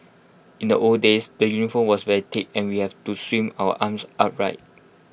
in the old days the uniform was very thick and we had to swing our arms upright